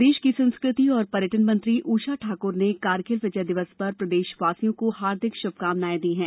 प्रदेश की संस्कृति और पर्यटन मंत्री ऊषा ठाकुर ने कारगिल विजय दिवस पर प्रदेशवासियों को हार्दिक श्भकामनाये दी हैं